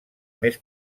més